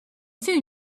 soon